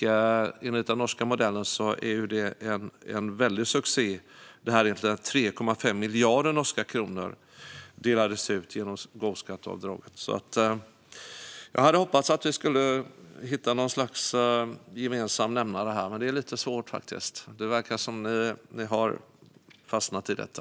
Den norska modellen är också en väldig succé. Där delades 3,5 miljarder norska kronor ut genom gåvoskatteavdraget. Jag hade hoppats att vi skulle hitta något slags gemensam nämnare här, men det är lite svårt. Ni verkar ha fastnat i detta.